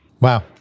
Wow